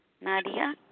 Nadia